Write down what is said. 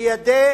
בידי